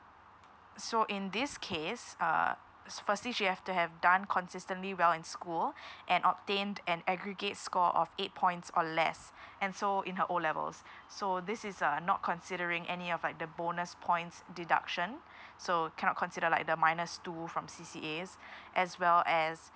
so in this case uh s~ firstly she have to have done consistently well in school and obtained an aggregate score of eight points or less and so in her O levels so this is uh not considering any of like the bonus points deduction so cannot consider like the minus two from C_C_As as well as